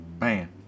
Man